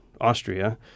Austria